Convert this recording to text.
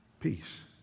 Peace